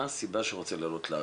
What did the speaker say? מה הסיבה שהוא רוצה לעלות לארץ?